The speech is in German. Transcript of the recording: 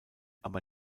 aber